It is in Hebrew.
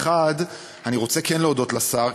1. אני רוצה כן להודות לשר,